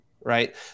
right